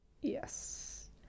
Yes